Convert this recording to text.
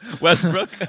Westbrook